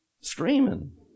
Screaming